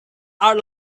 are